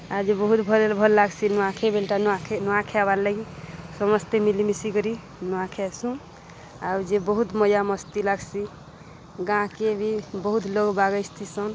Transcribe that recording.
ଆଉ ଯେ ବହୁତ୍ ଭଲ୍ ଭଲ୍ ଲାଗ୍ସି ନୂଆଖାଇ ବେଲ୍ଟା ନୂଆଖାଇ ନୂଆଖାଏବାର୍ ଲାଗି ସମସ୍ତେ ମିଲିମିଶି କରି ନୂଆ ଖାଇସୁଁ ଆଉ ଯେ ବହୁତ୍ ମଜା ମସ୍ତି ଲାଗ୍ସି ଗାଁକେ ବି ବହୁତ୍ ଲୋ୍ ବାଗ ଆସିଥିସନ୍